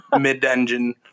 mid-engine